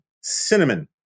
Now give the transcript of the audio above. cinnamon